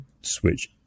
switch